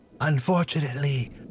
Unfortunately